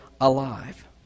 alive